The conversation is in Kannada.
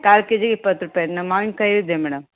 ಕಾಲು ಕೆ ಜಿಗೆ ಇಪ್ಪತ್ತು ರೂಪಾಯಿ ಇನ್ನು ಮಾವಿನಕಾಯೂ ಇದೆ ಮೇಡಮ್